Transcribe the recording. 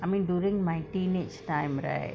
I mean during my teenage time right